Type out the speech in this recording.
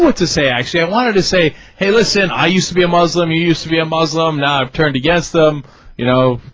to say actually i wanted to say hey listen i used to be a muslim used to be a moslem not turned against them you know